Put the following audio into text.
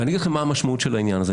ואני אגיד לכם מה המשמעות של העניין הזה.